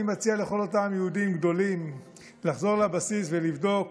אני מציע לכל אותם יהודים גדולים לחזור לבסיס ולבדוק